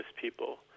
people